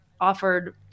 offered